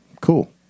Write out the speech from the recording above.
cool